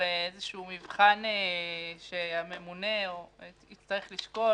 מבחן שהממונה יצטרך לשקול.